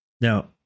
Now